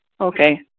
okay